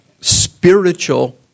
spiritual